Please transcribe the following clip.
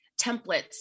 templates